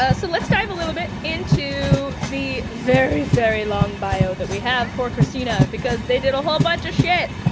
ah so let's dive a little bit into the very, very long bio that we have for kristina because they did a whole bunch of shit.